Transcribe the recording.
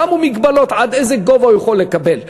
שמו מגבלות עד איזה גובה הוא יכול לקבל.